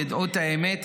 תדעו את האמת,